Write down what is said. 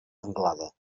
anglada